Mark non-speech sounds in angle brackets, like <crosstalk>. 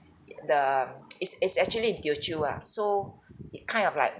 the <noise> it's it's actually in teochew ah so it kind of like